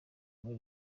muri